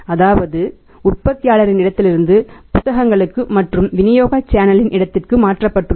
அதாவது உற்பத்தியாளரின் இடத்திலிருந்து புத்தகங்களுக்கு மற்றும் விநியோக சேனலின் இடத்திற்கு மாற்றப்பட்டது